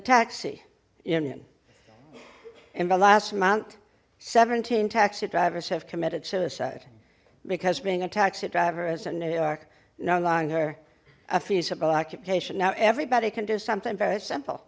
taxi union in the last month seventeen taxi drivers have committed suicide because being a taxi driver is in new york no longer a feasible occupation now everybody can do something very simple